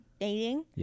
dating